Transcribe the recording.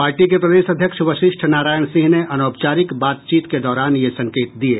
party के प्रदेश अध्यक्ष वशिष्ठ नारायण सिंह ने अनौपचारिक बातचीत के दौरान ये संकेत दिये